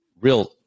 real